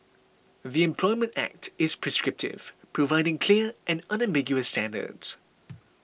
the Employment Act is prescriptive providing clear and unambiguous standards